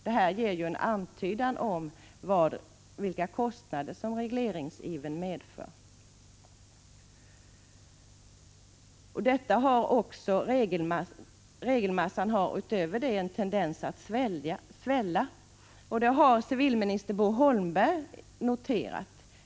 Det ger en antydan om vilka kostnader som regleringsivern medför. Dessutom har regelmassan en tendens att svälla. Det har civilminister Bo Holmberg noterat.